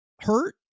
hurt